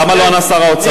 למה לא ענה שר האוצר?